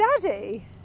Daddy